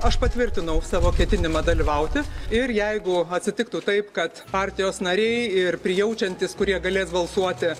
aš patvirtinau savo ketinimą dalyvauti ir jeigu atsitiktų taip kad partijos nariai ir prijaučiantys kurie galės balsuoti